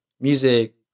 music